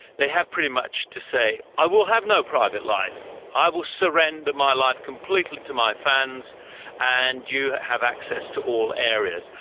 they have pretty much to say, i will have no private life. i will surrender my life completely to my fans and you have access to all areas.